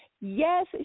yes